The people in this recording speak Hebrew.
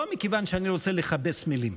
לא מכיוון שאני רוצה לכבס מילים,